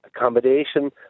accommodation